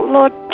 Lord